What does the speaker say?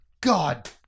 God